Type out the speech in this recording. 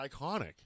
iconic